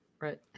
Right